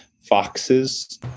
foxes